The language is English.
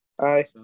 Hi